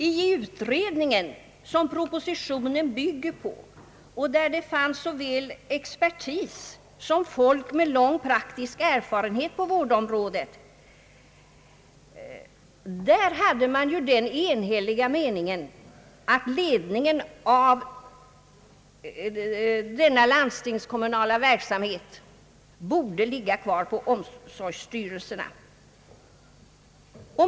I utredningen, som propositionen bygger på och där det fanns såväl expertis som folk med lång praktisk erfarenhet på vårdområdet, rådde den enhälliga meningen att ledningen av denna landstingskommunala verksamhet borde ligga kvar i omsorgsstyrelsen.